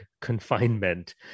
confinement